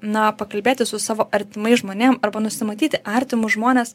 na pakalbėti su savo artimais žmonėm arba nusimatyti artimus žmones